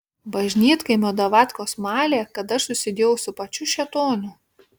bažnytkaimio davatkos malė kad aš susidėjau su pačiu šėtonu